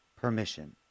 permission